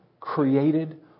created